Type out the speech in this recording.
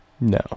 No